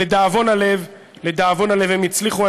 לדאבון הלב, לדאבון הלב, הם הצליחו.